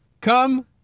Come